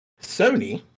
Sony